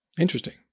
interesting